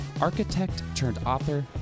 Architect-turned-author